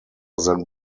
than